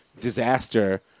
disaster